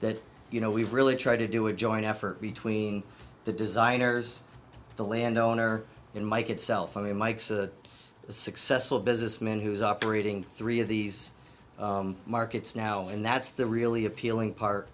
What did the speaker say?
that you know we've really tried to do a joint effort between the designers the landowner in mike itself i mean mike's a successful businessman who's operating three of these markets now and that's the really appealing par